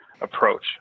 approach